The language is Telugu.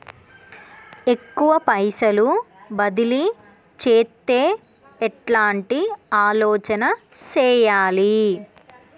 ఎక్కువ పైసలు బదిలీ చేత్తే ఎట్లాంటి ఆలోచన సేయాలి?